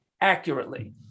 accurately